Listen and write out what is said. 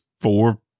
four